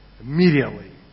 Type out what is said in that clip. Immediately